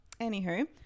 anywho